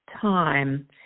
time